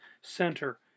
center